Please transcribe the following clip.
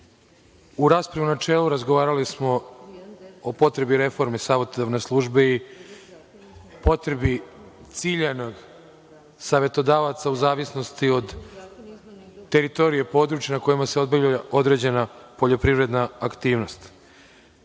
u raspravi u načelu razgovarali smo o potrebi reforme savetodavne službe i potrebi ciljanih savetodavaca u zavisnosti od teritorije područja na kojima se obavlja određena poljoprivredna aktivnost.